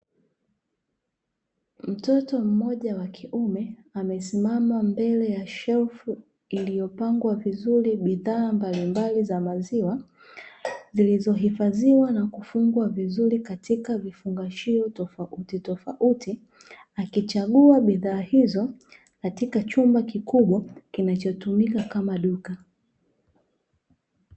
Mtoto mmoja wa kiume amesimama mbele ya shelfu lililopangwa vizuri bidhaa mbalimbali za maziwa, zilizohifadhiwa na kufungwa vizuri katika vifungashio tofautitofauti, akichagua bidhaa hizo katika chumba kikubwa kinachotumika kama duka.